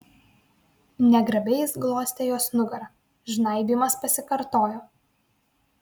negrabiai jis glostė jos nugarą žnaibymas pasikartojo